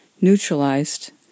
neutralized